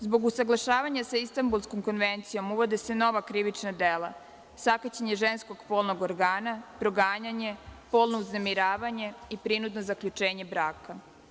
Zbog usaglašavanja sa Istanbulskom konvencijom uvode se nova krivična dela, sakaćenje ženskog polnog organa, proganjanje, polno uznemiravanje, i prinudno zaključenje braka.